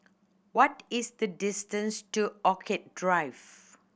what is the distance to Orchid Drive